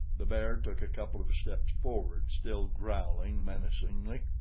the bear took a couple of steps forward, still growling menacingly.